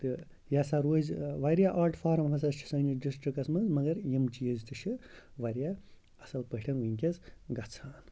تہٕ یہِ ہَسا روزِ واریاہ آٹ فارَم ہَسا چھِ سٲنِس ڈِسٹِرٛکَس منٛز مگر یِم چیز تہِ چھِ واریاہ اَصٕل پٲٹھۍ وٕنۍکٮ۪س گژھان